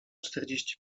czterdzieści